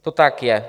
To tak je.